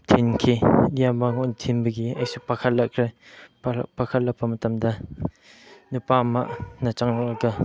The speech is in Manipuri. ꯊꯤꯟꯈꯤ ꯏꯌꯥꯝꯕ ꯃꯉꯣꯟꯗ ꯊꯤꯟꯕꯒꯤ ꯑꯩꯁꯨ ꯄꯥꯈꯠꯂꯛꯈ꯭ꯔꯦ ꯄꯥꯈꯠꯂꯛꯄ ꯃꯇꯝꯗ ꯅꯨꯄꯥ ꯑꯃꯅ ꯆꯪꯂꯛꯂꯒ